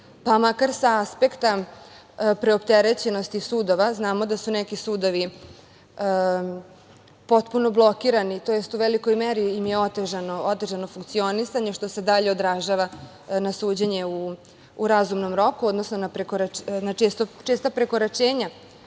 pa makar sa aspekta preopterećenosti sudova. Znamo da su neki sudovi potpuno blokirani, tj. u velikoj meri im je otežano funkcionisanje, što se dalje odražava na suđenje u razumnom roku, odnosno na česta prekoračenja